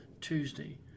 Tuesday